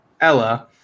Ella